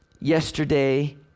yesterday